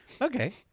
Okay